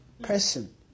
person